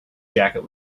jacket